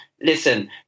Listen